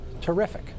terrific